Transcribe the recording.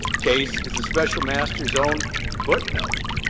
case is the special master's own footnote.